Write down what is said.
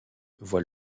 voit